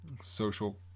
social